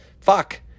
fuck